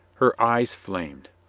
her eyes flamed.